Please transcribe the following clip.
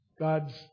God's